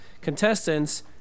contestants